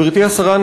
גברתי השרה,